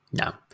No